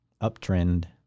Uptrend